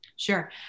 Sure